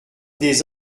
des